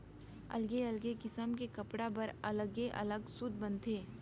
अलगे अलगे किसम के कपड़ा बर अलगे अलग सूत बनथे